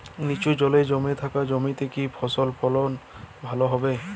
নিচু জল জমে থাকা জমিতে কি ফসল ফলন ভালো হবে?